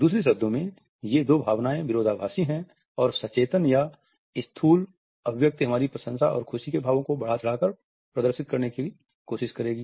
दूसरे शब्दों में ये दो भावनाएँ विरोधाभासी हैं और सचेतन या स्थूल अभिव्यक्ति हमारी प्रशंसा और खुशी के भावों बढा चढ़ा कर प्रदर्शित करने की कोशिश करेगी